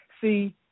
See